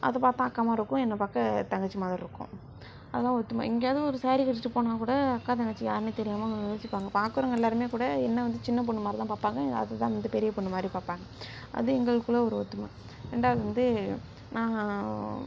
அது பார்த்தா அக்கா மாதிரி இருக்கும் என்ன பார்க்க தங்கச்சி மாதிரி இருக்கும் அதான் ஒத்துமை எங்கேயாவது ஒரு சாரீ கட்டிட்டு போனாக்கூட அக்கா தங்கச்சி யாருன்னே தெரியாமல் அவங்க யோசிப்பாங்க பார்க்குறவங்க எல்லாருமேகூட என்ன வந்து சின்னப்பொண்ணு மாதிரி தான் பார்ப்பாங்க அதைதான் வந்து பெரிய பொண்ணு மாதிரி பாப்பாங்க அது எங்களுக்குள்ள ஒரு ஒத்துமை ரெண்டாவது வந்து நாங்கள்